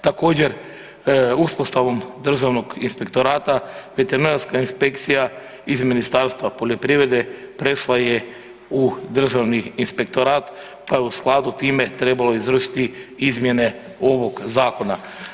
Također, uspostavom Državnog inspektorata, veterinarska inspekcija iz Ministarstva poljoprivrede, prešla je u Državni inspektorat pa u skladu s time je trebalo izvršiti izmjene ovog zakona.